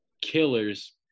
killers